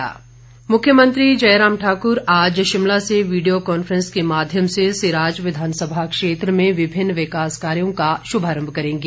मुख्यमंत्री मुख्यमंत्री जयराम ठाकुर आज शिमला से वीडियो कांफ्रैंस के माध्यम से सिराज विधानसभा क्षेत्र में विभिन्न विकास कार्यों का शुभारंभ करेंगे